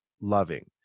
loving